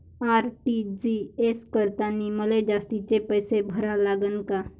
RTGS करतांनी मले जास्तीचे पैसे भरा लागन का?